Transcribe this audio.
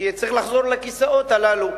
כי צריך לחזור לכיסאות הללו,